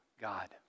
God